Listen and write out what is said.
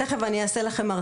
תיכף אני אעשה לכם סדר,